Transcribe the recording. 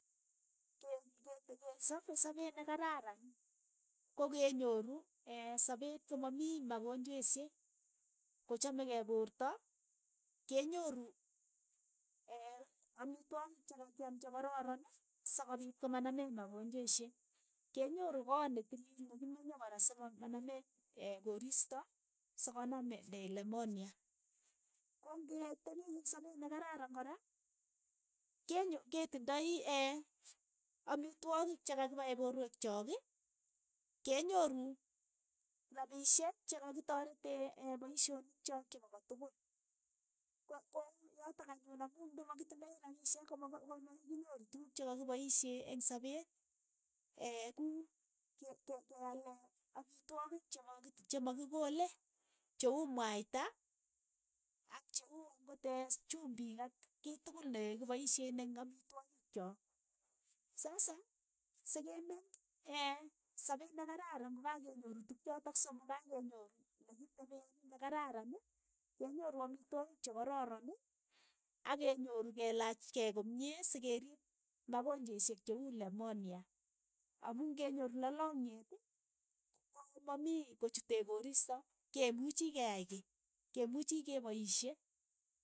ke- ke kesaap sapeet ne kararan ko kenyoru sapeet ko mamii magonjweswek, kochamakei poorto, kenyoru amitwogik che kakiaam che kororon sokopiit komanameech magonjweshek, kenyoru koot netiili ne kimenye kora si ma- ma- ma nameech kooristo so ko namndeech lemonia, ko ng'etepii eng' sapeet ne kararan kora, kenyo ketindoi amitwogik che kakipae poorwek chooki, kenyoru rapishek che kakiteretee paishoniik chook chepo kotukul, ko- ko yotok anyun amu ndimakitindoi rapishek koma ko- ko kokinyoru tuuk chekakipaishee eng' sapeet, kuu ke- ke- kealee amitwogiik chema kit- che ma kikoole, che uu mwaita ak cheuu ang'ot chumbiik ak kei tukul ne kipaishe eng' amitwogiik chook, saasa, se ke meeny sapeet ne kararan ko ka kenyoru tukchotok somok, kakenyoru leketipeen lekararan, kenyoru amitwogiik che kororon ak kenyoru kelaach kei komie sikeriip magonjeshek che uu lemonia, amu ng'enyoru lalangiet ko- ko mamii ko chuteech koriisto, ke muchii keaai kiy, ke muuchi kepoishe.